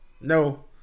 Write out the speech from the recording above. No